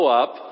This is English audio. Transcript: up